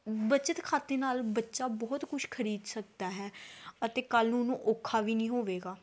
ਬੱਚਤ ਖਾਤੇ ਨਾਲ ਬੱਚਾ ਬਹੁਤ ਕੁਛ ਖਰੀਦ ਸਕਦਾ ਹੈ ਅਤੇ ਕੱਲ੍ਹ ਨੂੰ ਉਹਨੂੰ ਔਖਾ ਵੀ ਨਹੀਂ ਹੋਵੇਗਾ